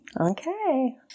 Okay